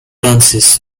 dances